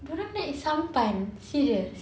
dia orang naik sampan serious